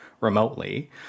remotely